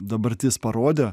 dabartis parodė